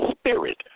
spirit